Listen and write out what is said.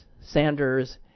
Sanders